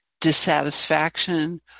dissatisfaction